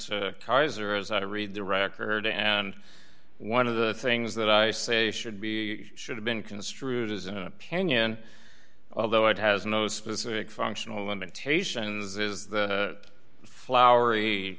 as i read the record and one of the things that i say should be should have been construed as an opinion although it has no specific functional limitations with the flowery